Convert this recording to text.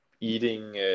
eating